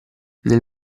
nel